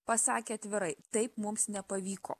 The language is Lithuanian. pasakė atvirai taip mums nepavyko